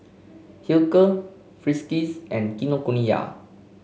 Hilker Friskies and Kinokuniya